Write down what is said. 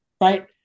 right